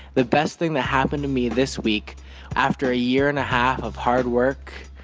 the best thing that happened to me this week after a year and a half of hard work,